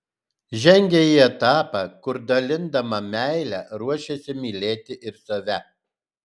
žengia į etapą kur dalindama meilę ruošiasi mylėti ir save